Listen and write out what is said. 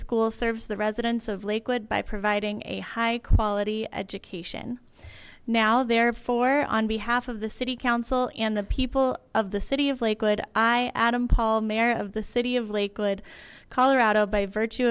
school serves the residents of lakewood by providing a high quality education now there for on behalf of the city council and the people of the city of lakewood i adam paul mayor of the city of lakewood colorado by virtue